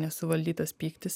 nesuvaldytas pyktis